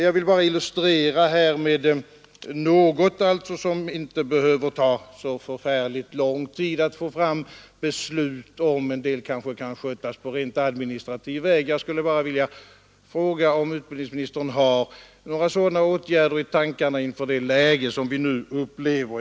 Jag har bara velat illustrera min framställning med några åtgärder som det inte behöver ta så oerhört lång tid att få fram beslut om. En del kanske kan skötas på rent administrativ väg. Jag vill fråga om utbildningsministern har några sådana åtgärder i tankarna inför det läge som vi nu upplever.